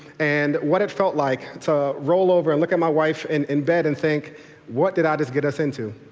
and what it felt like to roll over and look at my wife and in bed and saying what did i just get us into?